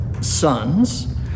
sons